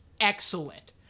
excellent